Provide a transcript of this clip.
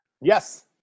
yes